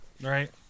Right